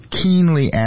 keenly